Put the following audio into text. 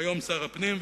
כיום שר הפנים,